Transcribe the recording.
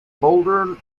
boulder